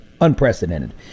unprecedented